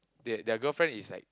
they their girlfriend is like